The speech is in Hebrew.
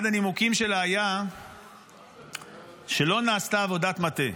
אחד הנימוקים שלה היה שלא נעשתה עבודת מטה.